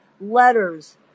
letters